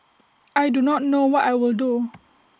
I do not know what I will do